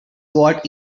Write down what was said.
what